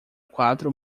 quatro